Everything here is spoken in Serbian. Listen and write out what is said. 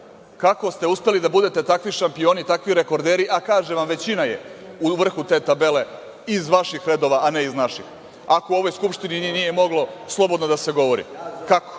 kako ste uspeli da budete kakvi šampioni, takvi rekorderi, a kažem vam, većina je u vrhu te tabele iz vaših redova, a ne iz naših, ako u ovoj skupštini nije moglo slobodno da se govori,